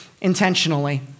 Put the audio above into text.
intentionally